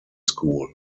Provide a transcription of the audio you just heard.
school